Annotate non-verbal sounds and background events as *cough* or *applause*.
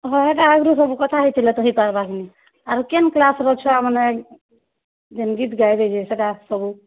*unintelligible* ଆଗ୍ରୁ ସବୁ କଥା ହେଇଥିଲେ ତ ହେଇପାର୍ବା କିନି ଆରୁ କେନ୍ କ୍ଲାସ୍ର ଛୁଆମାନେ ଯେନ୍ ଗୀତ୍ ଗାଇବେ ଯେ ସେଇଟା ସବୁ